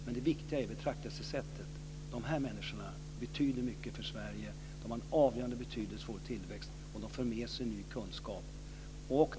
Men det viktiga är betraktelsesättet: De här människorna betyder mycket för Sverige. De har en avgörande betydelse för vår tillväxt, och de för med sig ny kunskap.